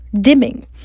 dimming